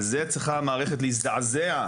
על זה צריכה המערכת להזדעזע.